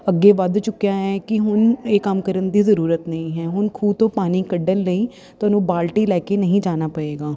ਅੱਗੇ ਵੱਧ ਚੁੱਕਿਆ ਹੈ ਕਿ ਹੁਣ ਇਹ ਕੰਮ ਕਰਨ ਦੀ ਜ਼ਰੂਰਤ ਨਹੀਂ ਹੈ ਹੁਣ ਖੂਹ ਤੋਂ ਪਾਣੀ ਕੱਢਣ ਲਈ ਤੁਹਾਨੂੰ ਬਾਲਟੀ ਲੈ ਕੇ ਨਹੀਂ ਜਾਣਾ ਪਏਗਾ